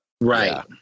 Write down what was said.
Right